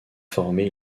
formée